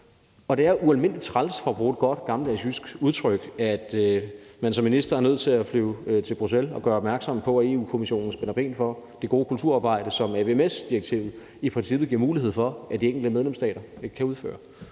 og det er ualmindelig træls for at bruge et godt gammeldags jysk udtryk, at man som minister er nødt til at flyve til Bruxelles og gøre opmærksom på, at Europa-Kommissionen spænder ben for det gode kulturarbejde, som AVMS-direktivet i princippet giver mulighed for at de enkelte medlemsstater kan udføre.